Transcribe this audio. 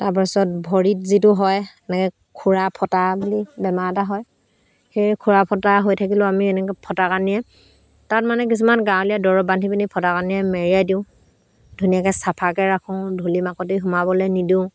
তাৰপাছত ভৰিত যিটো হয় মানে খুৰা ফটা বুলি বেমাৰ এটা হয় সেই খুৰা ফটা হৈ থাকিলেও আমি এনেকৈ ফটা কানিয়ে তাত মানে কিছুমান গাঁৱলীয়া দৰৱ বান্ধি পিনি ফটা কানিৰে মেৰিয়াই দিওঁ ধুনীয়াকৈ চাফাকৈ ৰাখোঁ ধূলি মাকটি সোমাবলৈ নিদিওঁ